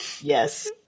Yes